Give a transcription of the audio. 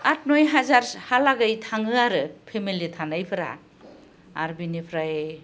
आद नय हाजार हालागै थाङो आरो फेमिलि थानायफोरा आरो बिनिफ्राय